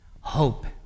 Hope